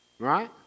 Right